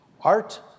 Art